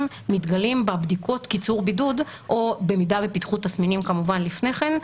מתגלים בבדיקות קיצור בידוד או במידה ופיתחו תסמינים כמובן לפני כן,